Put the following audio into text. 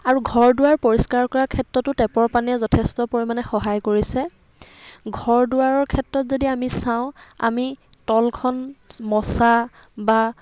আৰু ঘৰ দুৱাৰ পৰিষ্কাৰ কৰাৰ ক্ষেত্ৰটো টেপৰ পানীয়ে যথেষ্ট পৰিমাণে সহায় কৰিছে ঘৰ দুৱাৰৰ ক্ষেত্ৰত যদি আমি চাওঁ আমি তলখন মচা বা